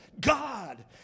God